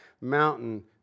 mountain